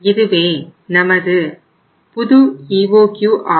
இதுவே நமது புது EOQ ஆகும்